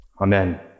amen